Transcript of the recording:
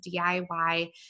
DIY